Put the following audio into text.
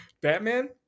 Batman